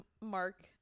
Mark